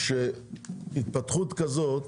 התפתחות כזאת